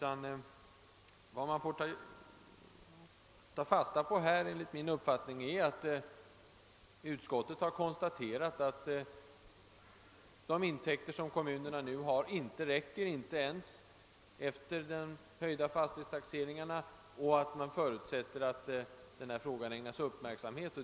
Enligt min uppfattning får man i stället ta fasta på utskottets konstaterande att kommunernas nuvarande in täkter inte räcker, inte ens efter de höjda taxeringsvärdena, och att man därför förutsätter att frågan ägnas upp märksamhet.